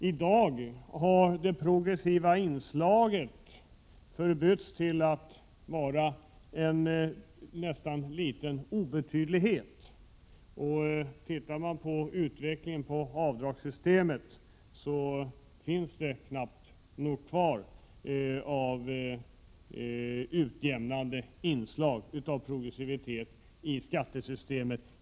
I dag har det progressiva inslaget blivit en närmast obetydlig del. Tittar man på utvecklingen av avdragssystemet kan man knappast finna något kvar av utjämnande inslag, av progressivitet i skattesystemet.